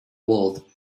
world